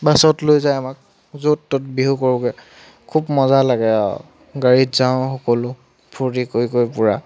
বাছত লৈ যায় আমাক য'ত ত'ত বিহু কৰোঁগৈ খুব মজা লাগে আৰু গাড়ীত যাওঁ সকলো ফূৰ্ত্তি কৰি কৰি পূৰা